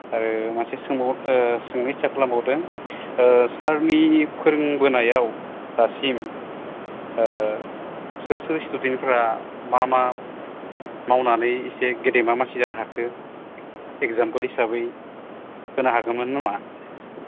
आरो मोनसे सोंबाव सोंनो इच्चा खालामबावदों सारनि फोरोंबोनायाव दासिम सोर सोर स्टुडेन्टफोरा मा मा मावनानै इसे गेदेमा मानसि जानो हाखो एक्जामपोल हिसाबै होनो हागौमोन नामा